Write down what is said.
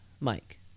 Mike